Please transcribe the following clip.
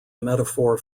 metaphor